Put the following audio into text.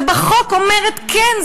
ובחוק אומרת: כן,